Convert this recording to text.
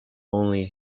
only